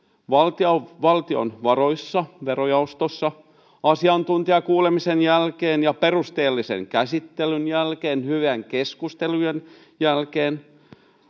valtiovaroissa verojaostossa asiantuntijakuulemisen jälkeen perusteellisen käsittelyn jälkeen ja hyvien keskustelujen jälkeen